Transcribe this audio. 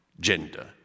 gender